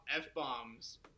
f-bombs